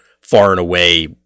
far-and-away